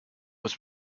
was